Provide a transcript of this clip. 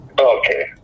Okay